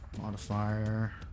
modifier